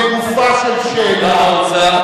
הואיל והשאילתא תישאל בשבוע הבא לגופה של שאלה,